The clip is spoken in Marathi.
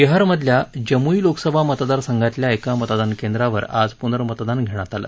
बिहारमधल्या जमुई लोकसभा मतदासंघातल्या एका मतदान केंद्रावर आज पुर्नमतदान घेण्यात आलं